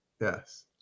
Yes